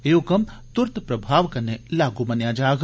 एह् हुक्म तुरत प्रभाव कन्नै लागू मन्नेआ जाग